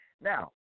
Now